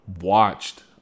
watched